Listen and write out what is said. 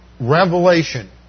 revelation